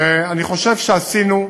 ואני חושב שעשינו,